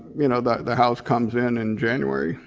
you know the the house comes in in january,